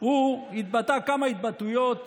התבטא כמה התבטאויות